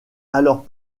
alors